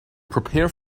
prepare